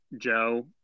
Joe